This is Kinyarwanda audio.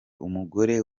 umugore